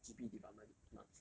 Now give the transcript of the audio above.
G_P department marks